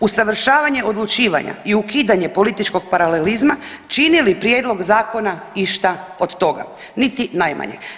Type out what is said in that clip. Usavršavanje odlučivanja i ukidanje političkog paralelizma čini li prijedlog zakona išta od toga, niti najmanje.